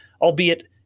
albeit